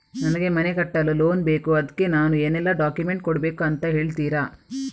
ನನಗೆ ಮನೆ ಕಟ್ಟಲು ಲೋನ್ ಬೇಕು ಅದ್ಕೆ ನಾನು ಏನೆಲ್ಲ ಡಾಕ್ಯುಮೆಂಟ್ ಕೊಡ್ಬೇಕು ಅಂತ ಹೇಳ್ತೀರಾ?